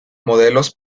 modelos